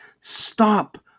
Stop